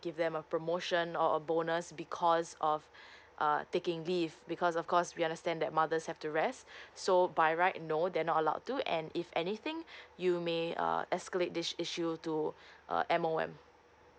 give them a promotion or or bonus because of uh taking leave because of course we understand that mothers have to rest so by right no they are not allowed to and if anything you may uh escalate this issue to uh M_O_M